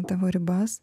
tavo ribas